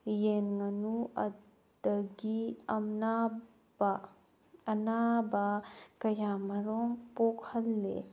ꯌꯦꯟ ꯉꯥꯅꯨ ꯑꯗꯒꯤ ꯑꯅꯥꯕ ꯀꯌꯥ ꯑꯃꯔꯣꯝ ꯄꯣꯛꯍꯜꯂꯤ